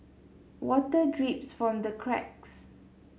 water drips from the cracks